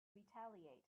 retaliate